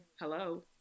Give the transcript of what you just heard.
Hello